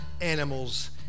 animals